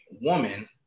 woman